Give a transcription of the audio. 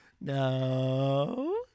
No